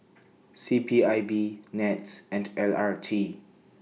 C P I B Nets and L R T